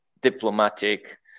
diplomatic